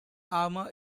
armour